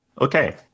okay